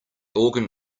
organ